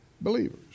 believers